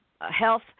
health